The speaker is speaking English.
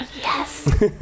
yes